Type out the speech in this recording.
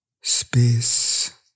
space